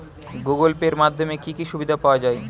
Google Pay এর মাধ্যমে কি কি সুবিধা পাওয়া যায়?